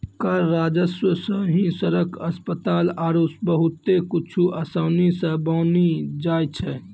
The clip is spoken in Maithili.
कर राजस्व सं ही सड़क, अस्पताल आरो बहुते कुछु आसानी सं बानी जाय छै